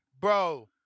Bro